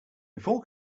before